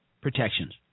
protections